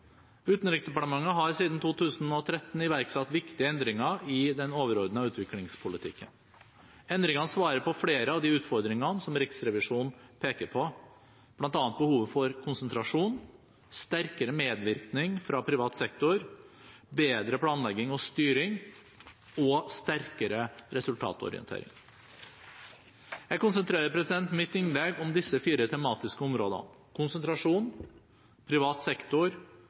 Utenriksdepartementet har siden 2013 iverksatt viktige endringer i den overordnede utviklingspolitikken. Endringene svarer på flere av de utfordringene som Riksrevisjonen peker på, bl.a. behovet for konsentrasjon, sterkere medvirkning fra privat sektor, bedre planlegging og styring og sterkere resultatorientering. Jeg konsentrerer mitt innlegg om disse fire tematiske områdene: konsentrasjon privat sektor